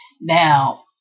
Now